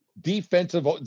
defensive